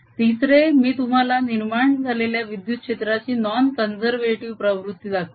तिसरे मी तुम्हाला निर्माण झालेल्या विद्युत क्षेत्राची नॉन कॉन्झेर्वेटीव प्रवृत्ती दाखवली